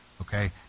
Okay